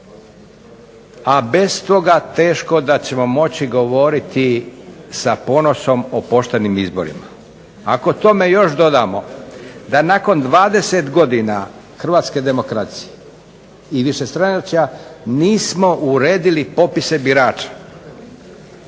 a bez toga teško da ćemo moći govoriti sa ponosom o poštenim izborima. Ako tome još dodamo da nakon 20 godina hrvatske demokracije i višestranačja nismo uredili popise birača